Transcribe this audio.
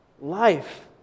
life